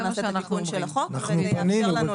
קודם אנחנו נעשה את התיקון של החוק וזה יאפשר לנו את זה.